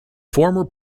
former